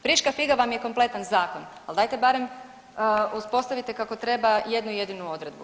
Friška figa vam je kompletan zakon, ali dajte barem uspostavite kako treba jednu jedinu odredbu.